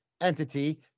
Entity